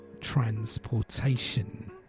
Transportation